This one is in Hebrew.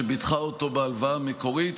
שביטחה אותו בהלוואה המקורית,